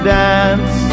dance